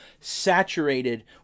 saturated